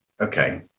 Okay